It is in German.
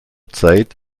zeit